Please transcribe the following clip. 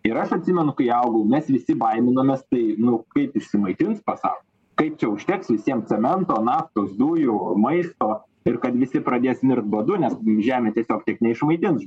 ir aš atsimenu kai augau mes visi baiminomės tai nu kaip išsimaitins pasaulis kaip čia užteks visiem cemento naftos dujų maisto ir kad visi pradės mirt badu nes žemė tiesiog tiek neišmaitins